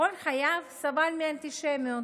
כל חייו סבל מאנטישמיות,